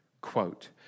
Quote